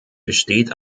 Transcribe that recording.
besteht